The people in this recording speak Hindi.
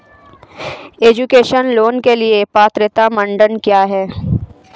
एजुकेशन लोंन के लिए पात्रता मानदंड क्या है?